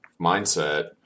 mindset